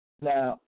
now